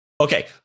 Okay